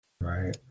Right